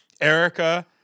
Erica